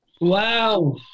Wow